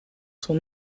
son